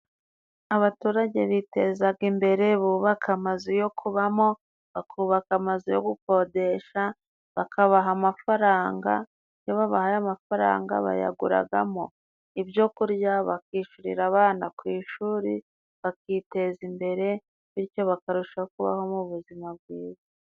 Abaturage bitezaga imbere bubaka amazu yo kubamo, bakubaka amazu yo gukodesha bakabaha amafaranga, iyo babahaye amafaranga, bayaguragamo ibyo kurya, bakishyurira abana ku ishuri, bakiteza imbere bityo bakarushaho kubaho mu buzima bwiza.